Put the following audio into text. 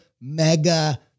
mega